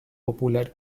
popular